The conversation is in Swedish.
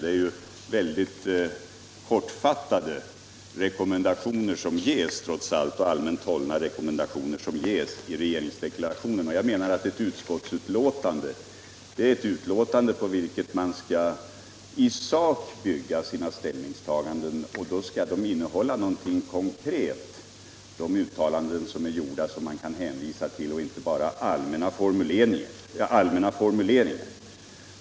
Det är mycket kortfattade och allmänt hållna rekommendationer som ges i regeringsdeklarationen. Jag menar att ett utskottsbetänkande är en handling man i sak skall bygga sina ställningstaganden på, och då skall de uttalanden man hänvisar till innehålla något konkret och inte bara utgöra allmänna formuleringar.